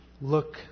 look